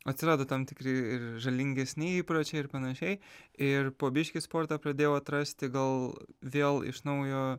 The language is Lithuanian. atsirado tam tikri ir žalingesni įpročiai ir panašiai ir po biškį sportą pradėjau atrasti gal vėl iš naujo